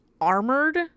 armored